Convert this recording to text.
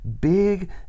big